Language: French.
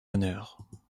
honneur